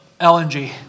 LNG